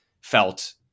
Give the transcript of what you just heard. felt